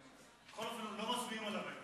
בכל אופן, לא מצביעים עליו היום.